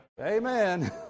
Amen